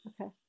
Okay